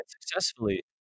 successfully